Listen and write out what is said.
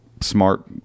smart